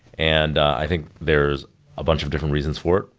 and i think there's a bunch of different reasons for it.